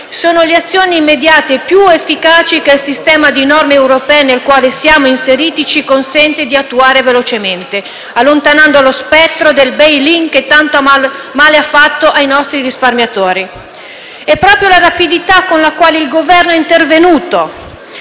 sono le azioni immediate più efficaci che il sistema di norme europee nel quale siamo inseriti ci consente di attuare velocemente, allontanando lo spettro del *bail in* che tanto male ha fatto ai nostri risparmiatori. E proprio la rapidità con la quale il Governo è intervenuto,